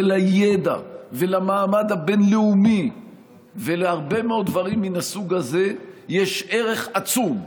לידע ולמעמד הבין-לאומי ולהרבה מאוד דברים מן הסוג הזה יש ערך עצום.